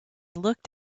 looked